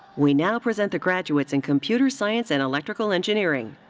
we now present the graduates in computer science and electrical engineering.